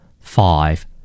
five